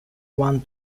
one